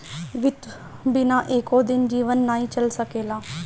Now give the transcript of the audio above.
वित्त बिना एको दिन जीवन नाइ चल सकेला